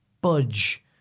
Budge